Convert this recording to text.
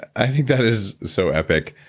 i think that is so epic.